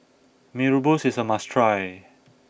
Mee Rebus is a must try